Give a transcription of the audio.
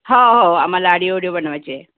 हो हो आम्हाला आडीओ विडीओ बनवायचे